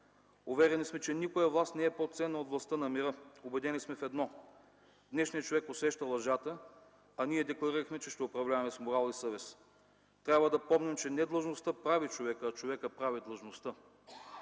Уверени сме, че никоя власт не е по-ценна от властта на мира. Убедени сме в едно – днешният човек усеща лъжата, а ние декларирахме, че ще управляваме с морал и съвест. Трябва да помним, че не длъжността прави човека, а човекът прави длъжността.